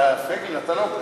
פייגלין, אתה לא,